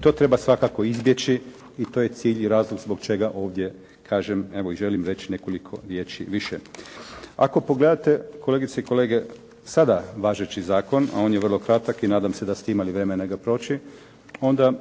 To treba svakako izbjeći i to je razlog zbog čega ovdje kažem i želim reći nekoliko riječi više. Ako pogledate kolegice i kolege sada važeći Zakon on je vrlo kratak i nadam se da ste imali vremena ga proći, onda